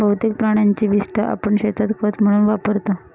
बहुतेक प्राण्यांची विस्टा आपण शेतात खत म्हणून वापरतो